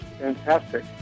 fantastic